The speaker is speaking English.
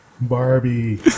Barbie